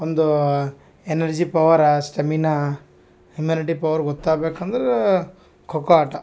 ಒಂದು energy power stamina immunity power ಗೊತ್ತಾಬೇಕಂದ್ರೆ ಖೋಖೋ ಆಟ